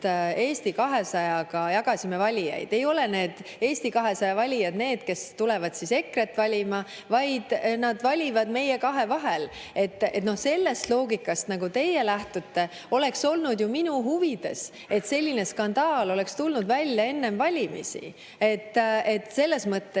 Eesti 200‑ga jagasime valijaid. Ei ole Eesti 200 valijad need, kes tulevad EKRE‑t valima, vaid nad valivad meie kahe vahel. Selle loogika järgi, millest teie lähtute, oleks olnud ju minu huvides, et selline skandaal oleks tulnud välja enne valimisi. Selles mõttes